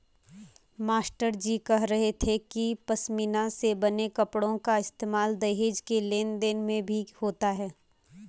मास्टरजी कह रहे थे कि पशमीना से बने कपड़ों का इस्तेमाल दहेज के लेन देन में भी होता था